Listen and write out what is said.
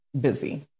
busy